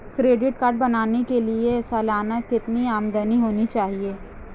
Credit card बनाने के लिए सालाना कितनी आमदनी होनी चाहिए?